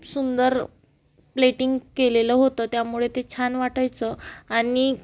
खूप सुंदर प्लेटिंग केलेलं होतं त्यामुळे ते छान वाटायचं आणि